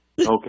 Okay